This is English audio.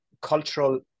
cultural